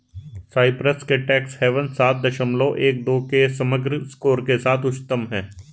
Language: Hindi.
साइप्रस के टैक्स हेवन्स सात दशमलव एक दो के समग्र स्कोर के साथ उच्चतम हैं